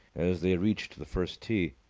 as they reached the first tee.